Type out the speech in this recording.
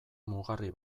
mugarri